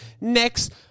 next